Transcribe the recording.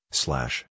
slash